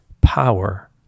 power